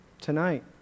tonight